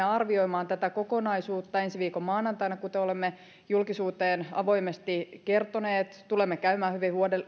arvioimaan tätä kokonaisuutta ensi viikon maanantaina kuten olemme julkisuuteen avoimesti kertoneet tulemme käymään hyvin